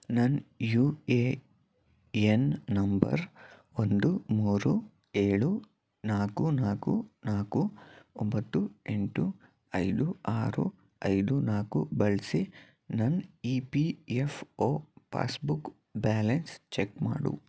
ನನ್ನ U A N ನಂಬರ್ ಒಂದು ಮೂರು ಏಳು ನಾಲ್ಕು ನಾಲ್ಕು ನಾಲ್ಕು ಒಂಬತ್ತು ಎಂಟು ಐದು ಆರು ಐದು ನಾಲ್ಕು ಬಳಸಿ ನನ್ E P F O passbook balance check ಮಾಡು